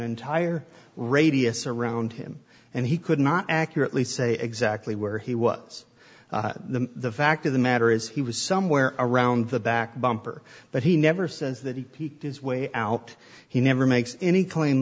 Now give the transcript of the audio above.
entire radius around him and he could not accurately say exactly where he was the fact of the matter is he was somewhere around the back bumper but he never says that he peeked his way out he never makes any claim